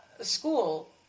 school